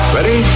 Ready